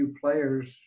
players